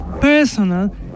personal